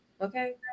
okay